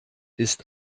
ist